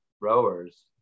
rowers